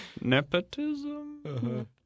Nepotism